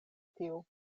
tiu